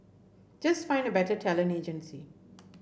just find a better talent agency